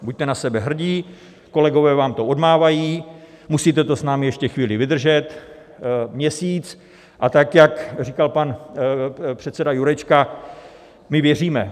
Buďte na sebe hrdí, kolegové vám to odmávají, musíte to s námi ještě chvíli vydržet měsíc, a tak jak říkal pan předseda Jurečka, my věříme.